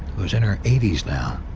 who is in her eighty s now.